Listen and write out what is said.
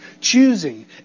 choosing